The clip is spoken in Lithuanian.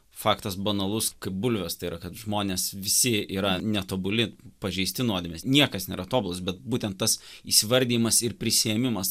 faktas banalus kaip bulves tai yra kad žmonės visi yra netobuli pažeisti nuodėmės niekas nėra tobulas bet būtent tas įsivardijimas ir prisiėmimas